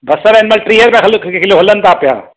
बसर हिन महिल टीह रुपया हल हिलो हलनि था पिया